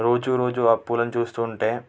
రోజు రోజు ఆ పూలని చూస్తుంటే